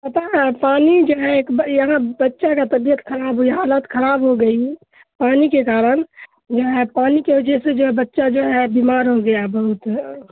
پتہ ہے پانی جو ہے ایک یہاں بچہ کا طبیعت خراب ہوئی حالت خراب ہو گئی پانی کے کارن جو ہے پانی کے وجہ سے جو ہے بچہ جو ہے بیمار ہو گیا بہت